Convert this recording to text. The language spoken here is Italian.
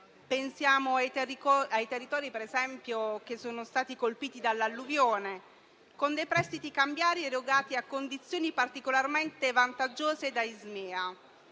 esempio ai territori che sono stati colpiti dall'alluvione, con dei prestiti cambiali erogati a condizioni particolarmente vantaggiose da Ismea.